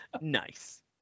Nice